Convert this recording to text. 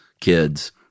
kids